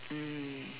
mm